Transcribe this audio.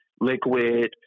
liquid